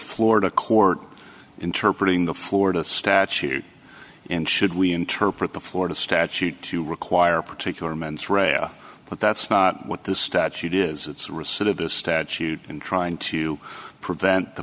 florida court interpret in the florida statute and should we interpret the florida statute to require particular mens rea but that's not what the statute is it's recidivist statute in trying to prevent the